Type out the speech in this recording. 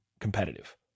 competitive